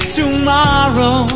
tomorrow